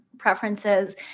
Preferences